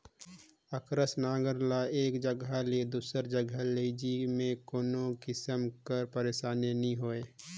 अकरस नांगर ल एक जगहा ले दूसर जगहा लेइजे मे कोनो किसिम कर पइरसानी नी होए